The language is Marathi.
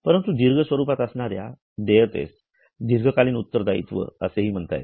परंतु दीर्घ स्वरूपात असणाऱ्या देयतेस दीर्घकालीन उत्तरदायित्व असे म्हणता येते